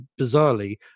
bizarrely